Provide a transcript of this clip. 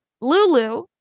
Lulu